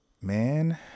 man